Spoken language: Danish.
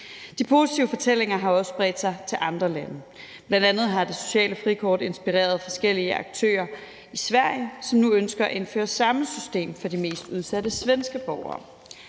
De positive fortællinger har også spredt sig til andre lande. Bl.a. har det sociale frikort inspireret forskellige aktører i Sverige, som nu ønsker at indføre samme system for de mest udsatte svenske borgere.